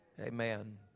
Amen